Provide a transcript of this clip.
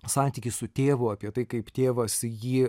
santykį su tėvu apie tai kaip tėvas jį